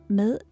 med